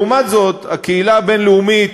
לעומת זאת, הקהילה הבין-לאומית,